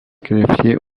qualifier